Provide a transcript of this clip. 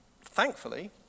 thankfully